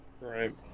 Right